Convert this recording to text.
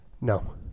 No